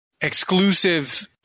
exclusive